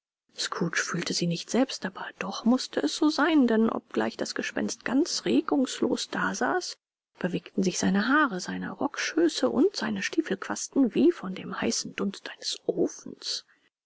scrooge fühlte sie nicht selbst aber doch mußte es so sein denn obgleich das gespenst ganz regungslos dasaß bewegten sich seine haare seine rockschöße und seine stiefelquasten wie von dem heißen dunst eines ofens